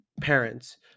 Parents